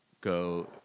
go